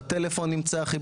בטלפון עם צחי,